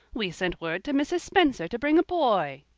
we sent word to mrs. spencer to bring a boy.